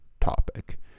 topic